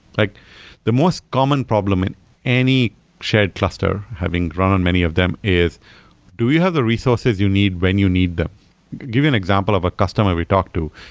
like the most common problem in any shared cluster, having run on many of them, is do you have the resources you need when you need them? i'll give you an example of a customer we talked to.